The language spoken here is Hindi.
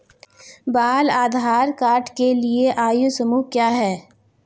बाल आधार कार्ड के लिए आयु समूह क्या है?